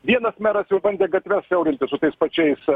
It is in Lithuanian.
vienas meras jau bandė gatves siaurint su tais pačiais